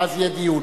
ואז יהיה דיון.